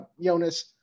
Jonas